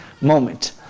moment